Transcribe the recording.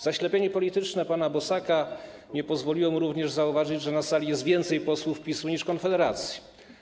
Zaślepienie polityczne pana Bosaka nie pozwoliło mu również zauważyć, że na sali jest więcej posłów PiS niż Konfederacji.